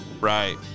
Right